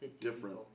different